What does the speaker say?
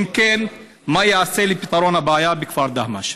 2. אם כן, מה ייעשה לפתרון הבעיה בכפר דהמש?